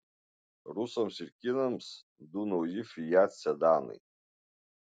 rusams ir kinams du nauji fiat sedanai